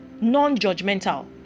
non-judgmental